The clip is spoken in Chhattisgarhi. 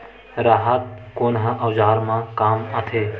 राहत कोन ह औजार मा काम आथे?